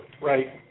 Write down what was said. Right